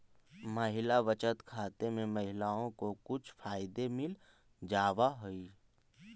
महिला बचत खाते में महिलाओं को कुछ फायदे मिल जावा हई